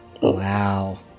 Wow